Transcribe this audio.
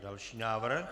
Další návrh.